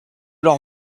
leur